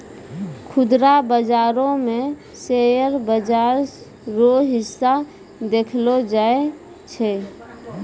खुदरा बाजारो मे शेयर बाजार रो हिस्सा देखलो जाय छै